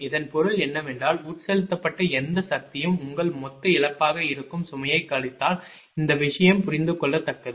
இதன் பொருள் என்னவென்றால் உட்செலுத்தப்பட்ட எந்த சக்தியும் உங்கள் மொத்த இழப்பாக இருக்கும் சுமையைக் கழித்தால் இந்த விஷயம் புரிந்துகொள்ளத்தக்கது